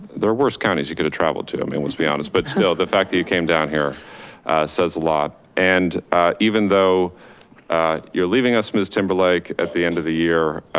their worst counties, you could have traveled to them. and let's be honest, but still, the fact that you came down here says a lot. and even though you're leaving us miss timberlake at the end of the year,